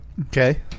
Okay